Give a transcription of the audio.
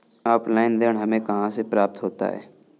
Offline ऋण हमें कहां से प्राप्त होता है?